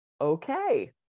okay